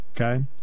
Okay